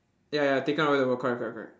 ya ya taken over the world correct correct correct